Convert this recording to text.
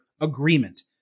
agreement